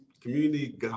community